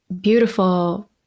beautiful